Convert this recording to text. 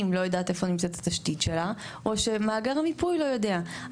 לא יודעת איפה נמצאת התשתית שלה או שמאגר המיפוי לא יודע.